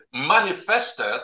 manifested